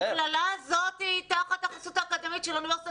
המכללה הזו הייתה תחת החסות האקדמית של אוניברסיטת